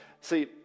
See